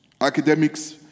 academics